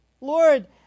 Lord